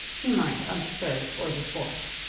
he might on the third or the fourth.